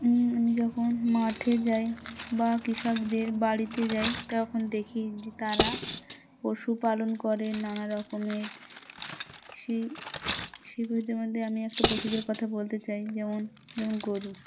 আমি যখন মাঠে যাই বা কৃষকদের বাড়িতে যাই তখন দেখি যে তারা পশুপালন করে নানা রকমের সেই সেই পতি মধ্যে আমি একটা পশুদের কথা বলতে চাই যেমন যেমন গরু